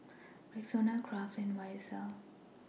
Rexona Kraft and Y S L